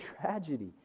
tragedy